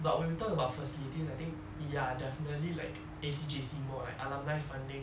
but when we talk about facilities I think ya definitely like A_C J_C more like alumni funding